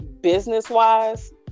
business-wise